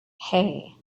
hey